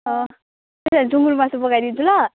त्यही भएर सुँगुरको मासु पकाइदिन्छु ल